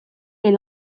les